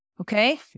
okay